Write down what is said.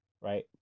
right